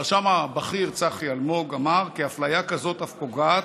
הרשם הבכיר צחי אלמוג אמר כי אפליה כזאת אף פוגעת,